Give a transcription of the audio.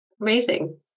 Amazing